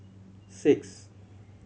six